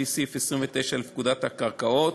לפי סעיף 29 לפקודת הקרקעות,